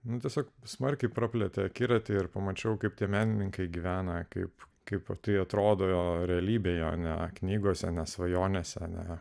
nu tiesiog smarkiai praplėtė akiratį ir pamačiau kaip tie menininkai gyvena kaip kaip tai atrodo realybėje o ne knygose ne svajonėse ne